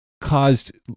caused